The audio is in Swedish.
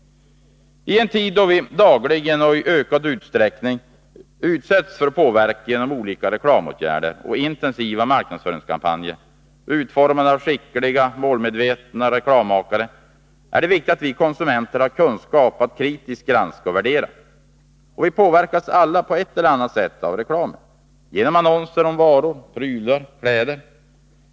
I en tid då vi dagligen, och i ökad utsträckning, utsätts för påverkan genom olika reklamåtgärder och intensiva marknadsföringskampanjer, utformade av skickliga och målmedvetna reklammakare, är det viktigt att vi konsumenter har kunskap att kritiskt granska och värdera. Alla påverkas på ett eller annat sätt av reklam — genom annonser om varor, prylar och kläder.